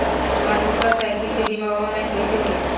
हमार मोटर साईकीलके बीमा ऑनलाइन कैसे होई?